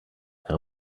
how